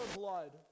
blood